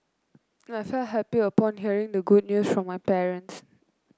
I felt happy upon hearing the good news from my parents